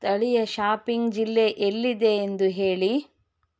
ಸ್ಥಳೀಯ ಶಾಪಿಂಗ್ ಜಿಲ್ಲೆ ಎಲ್ಲಿದೆ ಎಂದು ಹೇಳಿ